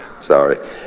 Sorry